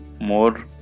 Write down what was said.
more